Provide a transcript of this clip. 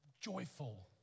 joyful